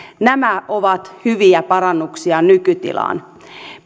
nämä ovat hyviä parannuksia nykytilaan